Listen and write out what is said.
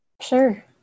Sure